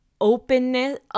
openness